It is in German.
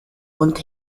und